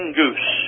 goose